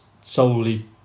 solely